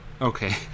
Okay